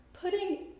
putting